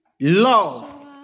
Love